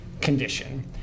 condition